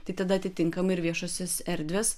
tai tada atitinkamai ir viešosios erdvės